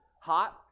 hot